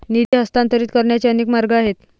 निधी हस्तांतरित करण्याचे अनेक मार्ग आहेत